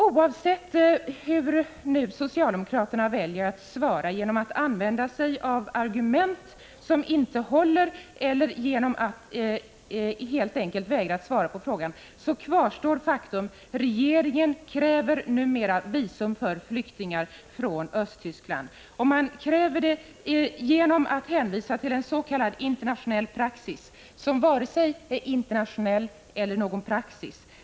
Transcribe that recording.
Oavsett hur socialdemokraterna väljer att svara — genom att använda sig av argument som inte håller eller genom att helt enkelt vägra att svara på min fråga — kvarstår faktum: Regeringen kräver numera visum för flyktingar från Östtyskland. Det gör man genom att hänvisa till ens.k. internationell praxis, som varken är internationell eller någon praxis.